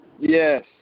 yes